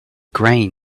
grain